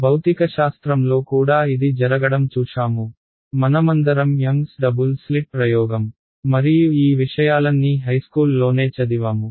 భౌతికశాస్త్రంలో కూడా ఇది జరగడం చూశాము మనమందరం యంగ్స్ డబుల్ స్లిట్ ప్రయోగం Young's Double Slit experimentమరియు ఈ విషయాలన్నీ హైస్కూల్లోనే చదివాము